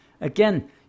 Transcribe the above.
again